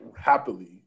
happily